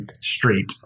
street